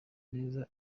neza